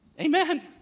amen